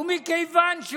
עוד לא התחיל הדיון, אתה